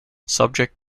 subject